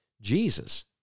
Jesus